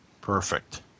Perfect